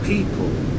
people